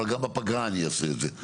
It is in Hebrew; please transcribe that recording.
אבל גם בפגרה אני אעשה את זה.